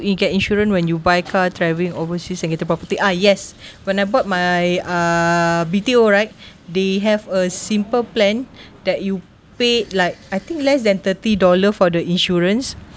get insurance when you buy car travelling overseas and get the property ah yes when I bought my uh B_T_O right they have a simple plan that you pay like I think less than thirty dollar for the insurances